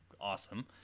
awesome